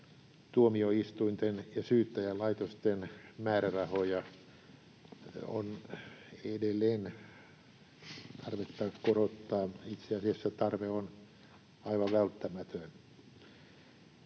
tuomioistuinten ja Syyttäjälaitoksen määrärahoja on edelleen tarvetta korottaa. Itse asiassa tarve on aivan välttämätön.